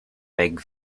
big